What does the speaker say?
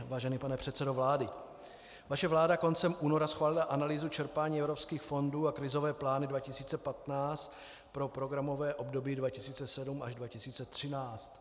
Vážený pane předsedo vlády, vaše vláda koncem února schválila analýzu čerpání evropských fondů a krizové plány 2015 pro programové období 2007 až 2013.